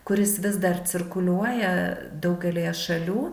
kuris vis dar cirkuliuoja daugelyje šalių